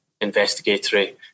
Investigatory